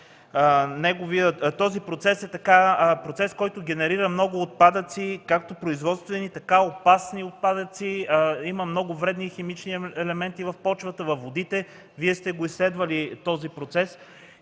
точка това е процес, който генерира много отпадъци, както производствени, така и опасни отпадъци, има много вредни химични елементи в почвата, във водите. Вие сте го изследвали този процес.